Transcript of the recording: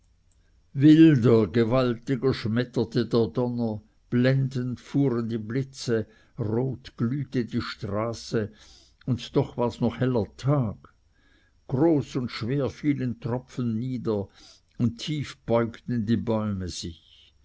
wilder gewaltiger schmetterte der donner blendend fuhren die blitze rot glühte die straße und doch wars noch heller tag groß und schwer fielen tropfen nieder und tief beugten die bäume sich